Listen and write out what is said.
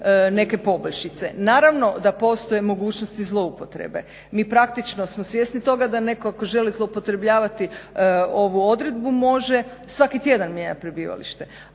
neke poboljšice. Naravno da postoje mogućnosti zloupotrebe. Mi praktično smo svjesni toga da netko ako želi zloupotrebljavati ovu odredbu može svaki tjedan mijenjati prebivalište,